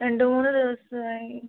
രണ്ട് മൂന്ന് ദിവസമായി